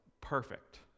Perfect